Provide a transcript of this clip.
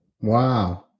Wow